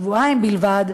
שבועיים בלבד,